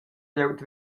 glieud